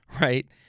right